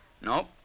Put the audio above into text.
Nope